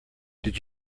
did